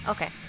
Okay